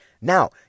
Now